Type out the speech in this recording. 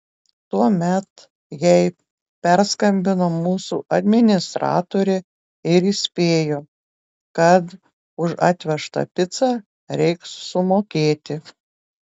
tuomet jai perskambino mūsų administratorė ir įspėjo kad už atvežtą picą reiks sumokėti